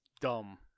dumb